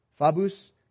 fabus